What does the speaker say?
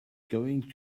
going